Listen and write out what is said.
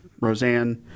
Roseanne